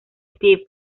steve